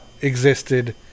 existed